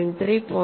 3 0